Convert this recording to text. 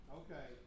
okay